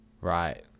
Right